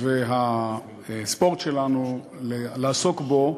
והספורט שלנו לעסוק בו,